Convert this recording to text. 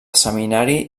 seminari